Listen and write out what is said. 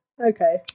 Okay